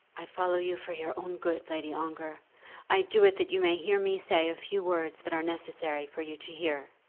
i follow you for your own good, lady ongar i do it that you may hear me say a few words that are necessary for you to hear.